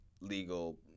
legal